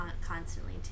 constantly